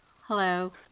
Hello